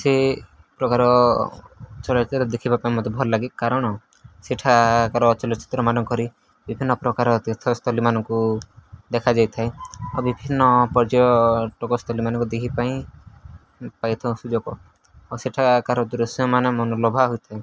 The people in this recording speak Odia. ସେ ପ୍ରକାର ଚଳଚ୍ଚିତ୍ର ଦେଖିବା ପାଇଁ ମୋତେ ଭଲ ଲାଗେ କାରଣ ସେଠାକାର ଚଳଚ୍ଚିତ୍ରମାନଙ୍କରେ ବିଭିନ୍ନ ପ୍ରକାର ତୀର୍ଥସ୍ଥଳୀମାନଙ୍କୁ ଦେଖାଯାଇଥାଏ ଆଉ ବିଭିନ୍ନ ପର୍ଯ୍ୟଟକ ସ୍ଥଳୀମାନଙ୍କୁ ଦେଖବା ପାଇଁ ପାଇଥାଉ ସୁଯୋଗ ଆଉ ସେଠାକାର ଦୃଶ୍ୟମାନ ମନଲୋଭା ହୋଇଥାଏ